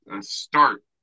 start